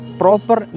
proper